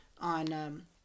on